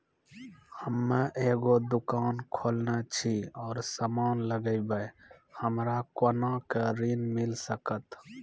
हम्मे एगो दुकान खोलने छी और समान लगैबै हमरा कोना के ऋण मिल सकत?